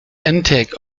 intake